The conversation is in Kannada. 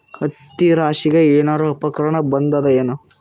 ಹತ್ತಿ ರಾಶಿಗಿ ಏನಾರು ಉಪಕರಣ ಬಂದದ ಏನು?